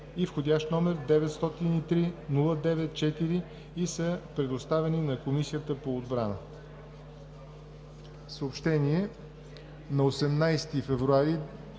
и вх. № 903-09-4 и са предоставени на Комисията по отбрана.